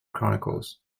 chronicles